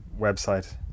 website